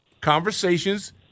conversations